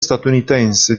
statunitense